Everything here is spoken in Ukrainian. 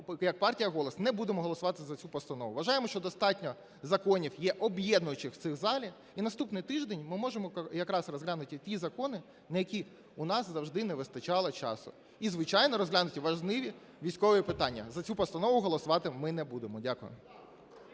як партія "Голос" не будемо голосувати за цю постанову, вважаємо, що достатньо законів є об'єднуючих в цій залі, і наступний тиждень ми можемо якраз розглянути ті закони, на які у нас завжди не вистачало часу І, звичайно, розглянути важливі військові питання. За цю постанову голосувати ми не будемо. Дякую.